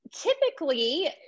typically